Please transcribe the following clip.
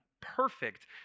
perfect